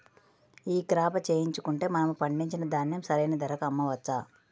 ఈ క్రాప చేయించుకుంటే మనము పండించిన ధాన్యం సరైన ధరకు అమ్మవచ్చా?